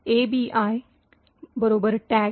ABI tag